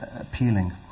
appealing